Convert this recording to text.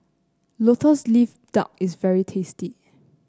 lotus leaf duck is very tasty